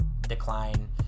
decline